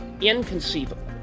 inconceivable